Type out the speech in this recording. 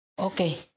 Okay